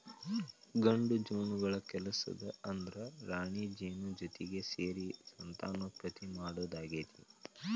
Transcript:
ಗಂಡು ಜೇನುನೊಣಗಳ ಕೆಲಸ ಅಂದ್ರ ರಾಣಿಜೇನಿನ ಜೊತಿಗೆ ಸೇರಿ ಸಂತಾನೋತ್ಪತ್ತಿ ಮಾಡೋದಾಗೇತಿ